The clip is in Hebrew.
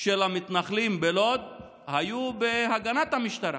של המתנחלים בלוד היו בהגנת המשטרה,